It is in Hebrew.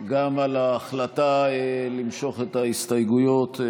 גם על ההחלטה למשוך את ההסתייגויות.